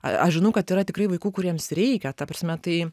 aš žinau kad yra tikrai vaikų kuriems reikia ta prasme tai